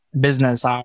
business